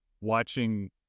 watching